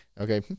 Okay